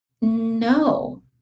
No